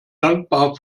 dankbar